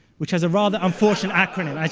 which has a rather unfortunate acronym,